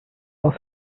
was